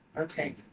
Okay